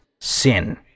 sin